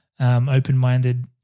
open-minded